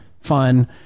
Fun